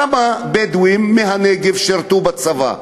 כמה בדואים מהנגב שירתו בצבא?